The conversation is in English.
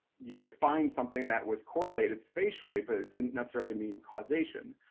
you could find something that was correlated spatially but it didn't necessarily mean causation.